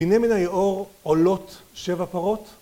‫הנה מן היאור עולות שבע פרות.